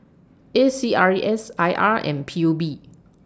A C R E S I R and P U B